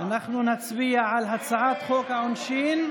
אנחנו נצביע על הצעת חוק העונשין.